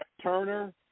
Turner